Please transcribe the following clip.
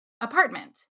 apartment